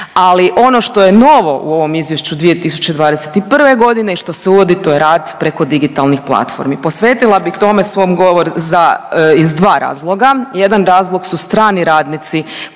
Ali ono što je novo u ovom izvještaju 2021. godine i što se uvodi to je rad preko digitalnih platformi. Posvetila bi tome svom govor za, iz dva razloga. Jedan razlog su strani radnici